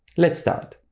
let's start.